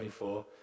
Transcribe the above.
24